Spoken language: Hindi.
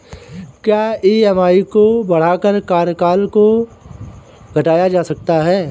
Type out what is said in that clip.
क्या ई.एम.आई को बढ़ाकर कार्यकाल को घटाया जा सकता है?